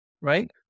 right